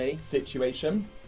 Situation